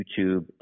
YouTube